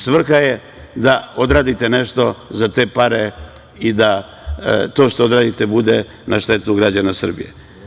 Svrha je da odradite nešto za te pare i da to što odradite bude na štetu građana Srbije.